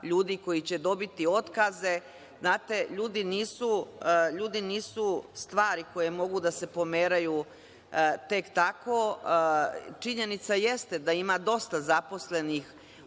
ljudi koji će dobiti otkaze, znate, ljudi nisu stvari koje mogu da se pomeraju tek tako. Činjenica jeste da ima dosta zaposlenih u